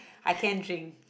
I can drink